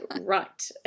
right